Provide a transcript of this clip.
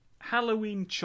Halloween